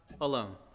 alone